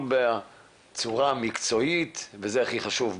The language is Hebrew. הכול בצורה מקצועית וזה הכי חשוב,